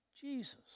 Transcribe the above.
Jesus